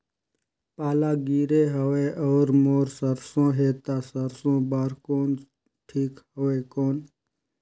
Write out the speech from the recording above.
पाला गिरे हवय अउर मोर सरसो हे ता सरसो बार मौसम ठीक हवे कौन?